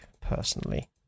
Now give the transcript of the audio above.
personally